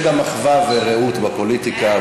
יש גם אחווה ורעות בפוליטיקה,